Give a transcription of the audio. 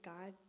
God